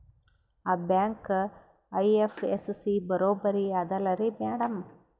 ಆ bank IFSC ಬರೊಬರಿ ಅದಲಾರಿ ಮ್ಯಾಡಂ?